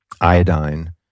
iodine